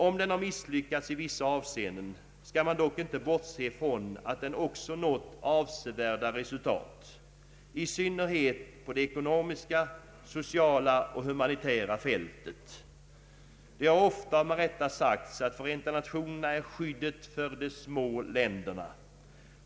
Om den har misslyckats i vissa avseenden skall man inte bortse från att den också nått avsevärda resultat, i synnerhet på de ekonomiska, sociala och humanitära fälten, Det har ofta och med rätta sagts att Förenta nationerna är skyddet för de små länderna.